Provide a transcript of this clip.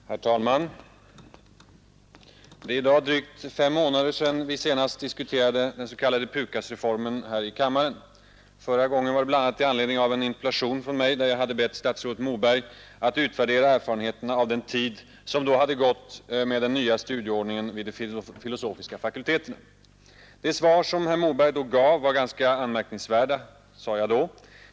Herr talman! Det är i dag drygt fem månader sedan vi senast diskuterade den s.k. PUKAS-reformen här i kammaren. Förra gången var det bl.a. i anledning av en interpellation av mig, där jag hade bett statsrådet Moberg att utvärdera erfarenheterna under den tid som då hade gått med den nya studieordningen vid de filosofiska fakulteterna. De svar som herr Moberg gav var ganska anmärkningsvärda, sade jag då.